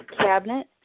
cabinet